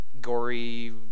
gory